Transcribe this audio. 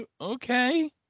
okay